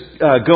go